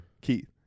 Keith